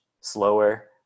slower